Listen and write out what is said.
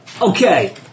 Okay